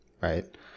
Right